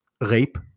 rape